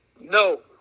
no